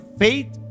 faith